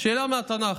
שאלה מהתנ"ך.